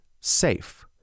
SAFE